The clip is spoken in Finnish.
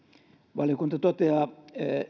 valiokunta toteaa